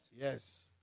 Yes